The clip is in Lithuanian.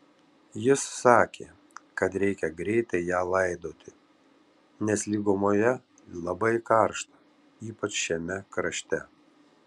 jis sakė kad reikia greitai ją laidoti nes lygumoje labai karšta ypač šiame krašte